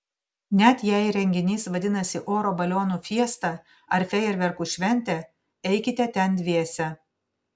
net jei renginys vadinasi oro balionų fiesta ar fejerverkų šventė eikite ten dviese